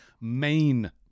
main